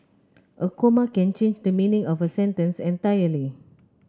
a comma can change the meaning of a sentence entirely